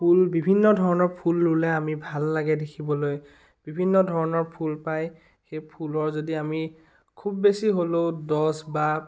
ফুল বিভিন্ন ধৰণৰ ফুল ৰুলে আমি ভাল লাগে দেখিবলৈ বিভিন্ন ধৰণৰ ফুল পায় সেই ফুলৰ যদি আমি খুব বেছি হ'লেও দহ বা